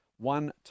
one